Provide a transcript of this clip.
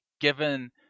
given